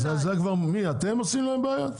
אז מי אתם עושים להם בעיות?